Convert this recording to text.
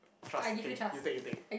trust okay you take you take